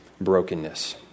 brokenness